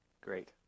great